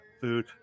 food